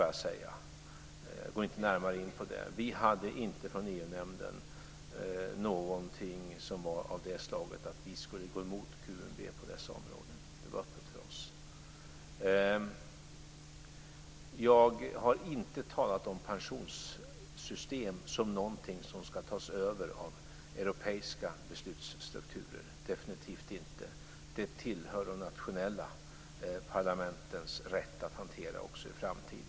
Jag går inte närmare in på det. Vi hade inte, från EU-nämnden, någonting som var av det slaget att vi skulle gå emot QMV på dessa områden. Det var öppet för oss. Jag har inte talat om pensionssystem som någonting som ska tas över av europeiska beslutsstrukturer; definitivt inte. Det tillhör de nationella parlamentens rätt att hantera också i framtiden.